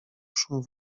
szum